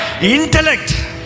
Intellect